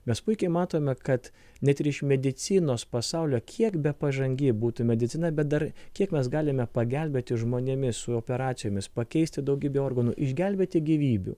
mes puikiai matome kad net ir iš medicinos pasaulio kiek be pažangi būtų medicina bet dar kiek mes galime pagelbėti žmonėmis su operacijomis pakeisti daugybę organų išgelbėti gyvybių